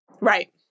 Right